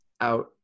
out